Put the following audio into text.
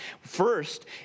First